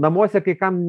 namuose kai kam